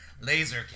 Laser